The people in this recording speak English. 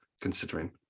considering